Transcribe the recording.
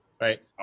right